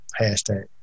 hashtag